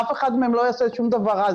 אף אחד מהם לא יעשה שום דבר רע,